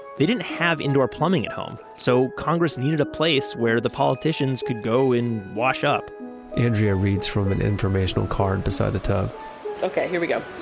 they didn't have indoor plumbing at home, so congress needed a place where the politicians could go and wash up andrea reads from an informational card beside the tub okay, here we go.